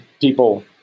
people